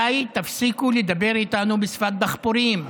די, תפסיקו לדבר איתנו בשפת דחפורים.